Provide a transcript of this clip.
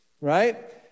right